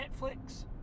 Netflix